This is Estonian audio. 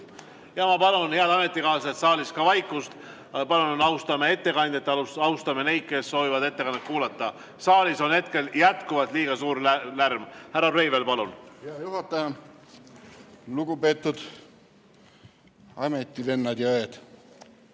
Ma palun, head ametikaaslased, saalis vaikust! Palun austame ettekandjat ja austame neid, kes soovivad ettekannet kuulata. Saalis on jätkuvalt liiga suur lärm. Härra Breivel, palun! Hea juhataja! Lugupeetud ametivennad ja -õed!